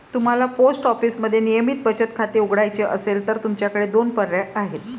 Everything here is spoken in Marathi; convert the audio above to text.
तुम्हाला पोस्ट ऑफिसमध्ये नियमित बचत खाते उघडायचे असेल तर तुमच्याकडे दोन पर्याय आहेत